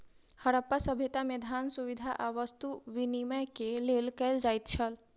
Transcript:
हरप्पा सभ्यता में, धान, सुविधा आ वस्तु विनिमय के लेल कयल जाइत छल